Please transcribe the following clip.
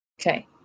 Okay